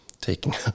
Taking